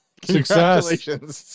congratulations